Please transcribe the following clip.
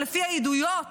ולפי העדויות